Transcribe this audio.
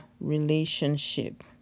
relationship